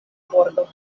bordo